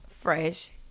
fresh